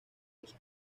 los